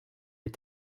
les